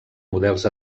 models